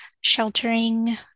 sheltering